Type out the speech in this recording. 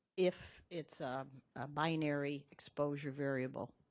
if it's a binary exposure variable.